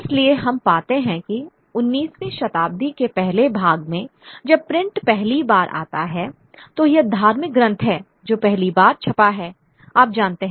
इसलिए हम पाते हैं कि 19वीं शताब्दी के पहले भाग में जब प्रिंट पहली बार आता है तो यह धार्मिक ग्रंथ है जो पहली बार छपा है आप जानते हैं